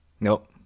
nope